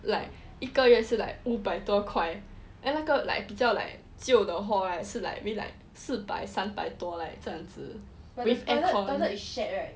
like 一个月是 like 五百多块 and like 那个 like 比较 like 旧的 hall right 是 like maybe like 四百三百多 like 这样子